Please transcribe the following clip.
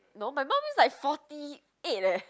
no my mum is like forty eight leh